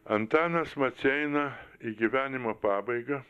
antanas maceina į gyvenimo pabaigą